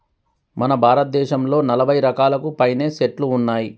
మన భారతదేసంలో నలభై రకాలకు పైనే సెట్లు ఉన్నాయి